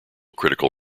critical